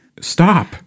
Stop